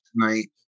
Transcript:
tonight